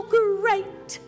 great